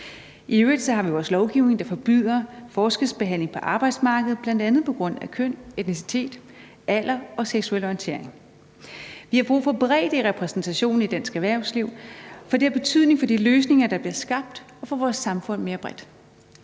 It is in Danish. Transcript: I øvrigt har vi jo også lovgivning, der forbyder forskelsbehandling på arbejdsmarkedet på grund af køn, etnicitet, alder og seksuel orientering, bl.a. Vi har brug for bredde i repræsentationen i dansk erhvervsliv, for det har betydning for de løsninger, der bliver skabt, og for vores samfund mere bredt.